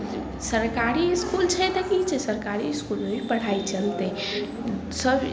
सरकारी इसकूल छै तऽ की छै सरकारी इस्कूलमे भी पढ़ाइ चलतै सब